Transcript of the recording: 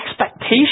expectations